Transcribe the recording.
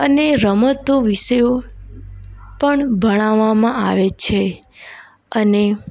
અને રમતો વિષયો પણ ભણાવવામાં આવે છે અને